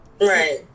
Right